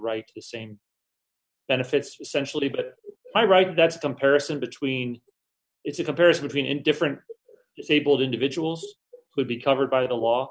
right to same benefits sensually but by rights that's a comparison between it's a comparison between indifferent disabled individuals would be covered by the law